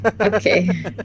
okay